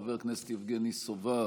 חבר הכנסת יבגני סובה,